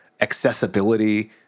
accessibility